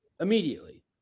Immediately